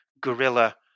guerrilla